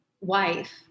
wife